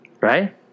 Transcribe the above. Right